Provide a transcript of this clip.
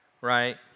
right